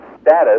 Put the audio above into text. status